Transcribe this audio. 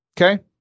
Okay